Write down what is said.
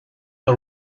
the